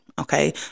Okay